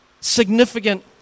significant